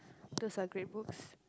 those are great books